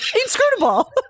inscrutable